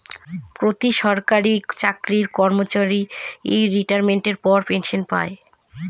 প্রতি সরকারি চাকরি কর্মচারী রিটাইরমেন্টের পর পেনসন পায়